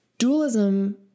Dualism